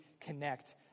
connect